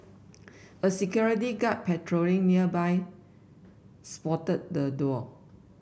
a security guard patrolling nearby spotted the duo